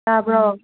ꯇꯥꯕ꯭ꯔꯣ